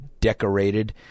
decorated